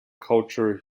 culture